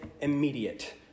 immediate